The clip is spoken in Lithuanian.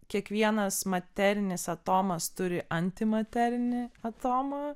kiekvienas materinis atomas turi antimaterinį atomą